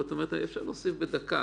וגם רשות שוק ההון